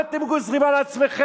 מה אתם גוזרים על עצמכם?